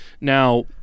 Now